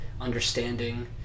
understanding